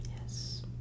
Yes